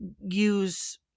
use